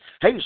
hey